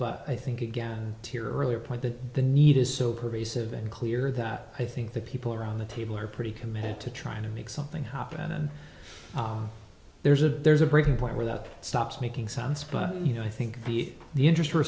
but i think again to hear earlier point that the need is so pervasive and clear that i think the people around the table are pretty committed to trying to make something happen and there's a there's a breaking point where that stops making sense but you know i think the the interest